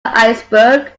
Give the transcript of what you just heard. iceberg